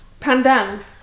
Pandan